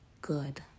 good